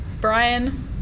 Brian